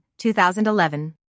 2011